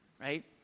Right